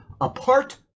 apart